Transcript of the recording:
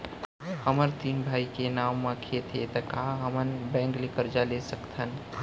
हमर तीन भाई के नाव म खेत हे त का हमन बैंक ले करजा ले सकथन?